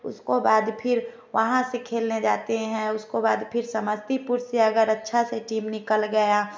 उसको बाद फिर वहाँ से जाते है खेलने जाते है उसको बाद फिर समस्तीपुर से अगर अच्छे से टीम निकल गया